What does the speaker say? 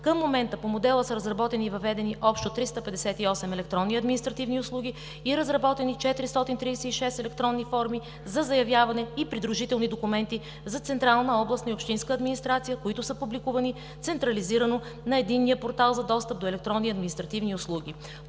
Към момента по модела са разработени и въведени общо 358 електронни административни услуги и разработени 436 електронни форми за заявяване и придружителни документи за централна, областна и общинска администрация, които са публикувани централизирано на Единния портал за достъп до електронни административни услуги.